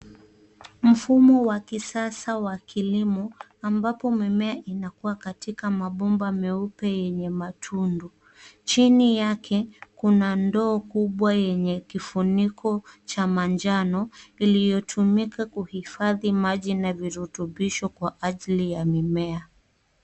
Mfumo wa kisasa wa kilimo ambapo mimea inakua katika mabomba meupe yenye matundu. Chini yake, kuna ndoo kubwa yenye kifuniko cha manjano iliyotumika kuhifadhi maji na virutubisho kwa ajili ya mimea.